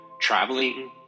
traveling